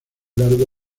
largo